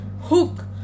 Hook